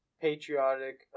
patriotic